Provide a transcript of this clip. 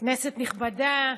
כנסת נכבדה,